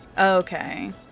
Okay